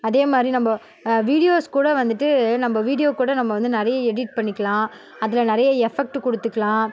அதே மாதிரி நம்ம வீடியோஸ் கூட வந்துட்டு நம்ம வீடியோ கூட நம்ம வந்து நிறைய எடிட் பண்ணிக்கலாம் அதில் நிறைய எஃபெக்ட்டு கொடுத்துக்கலாம்